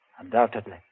Undoubtedly